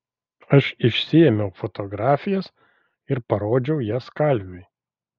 aš išsiėmiau fotografijas ir parodžiau jas kalviui